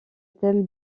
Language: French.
thème